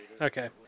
Okay